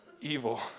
Evil